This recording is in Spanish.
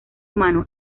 humano